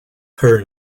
her